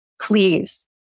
please